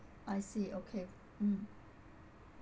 I see okay mm